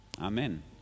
Amen